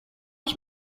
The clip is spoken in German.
ich